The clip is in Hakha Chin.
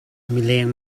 mileng